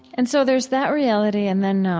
and so there's that reality and then, um